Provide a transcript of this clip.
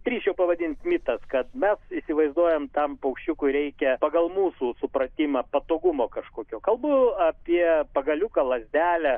drįsčiau pavadinti mitas kad mes įsivaizduojam tam paukščiukui reikia pagal mūsų supratimą patogumo kažkokio kalbu apie pagaliuką lazdelę